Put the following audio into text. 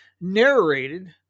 narrated